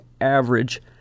average